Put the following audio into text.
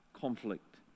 conflict